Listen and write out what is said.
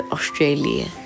Australia